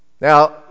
Now